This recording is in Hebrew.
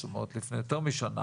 זאת אומרת לפני יותר משנה,